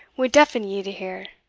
would deafen ye to hear.